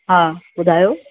हा ॿुधायो